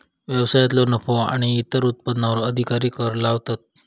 व्यवसायांतलो नफो आणि इतर उत्पन्नावर अधिकारी कर लावतात